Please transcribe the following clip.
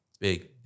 big